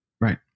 right